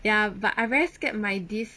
ya but I very scared my this